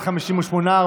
קבוצת סיעת יהדות התורה,